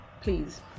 please